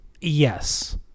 yes